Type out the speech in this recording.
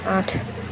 আঠ